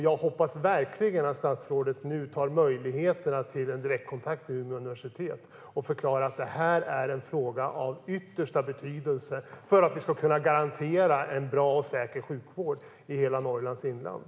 Jag hoppas verkligen att statsrådet nu utnyttjar möjligheten att ta direktkontakt med Umeå universitet och förklara att detta är en fråga av yttersta betydelse för att vi ska kunna garantera en bra och säker sjukvård i hela Norrlands inland.